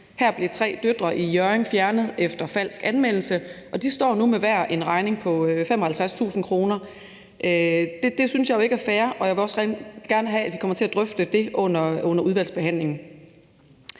Her blev tre døtre i Hjørring fjernet efter en falsk anmeldelse, og de står nu med en regning hver på 55.000 kr. Det synes jeg ikke er fair, og jeg vil også gerne have, at vi kommer til at drøfte det under udvalgsbehandlingen.